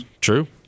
True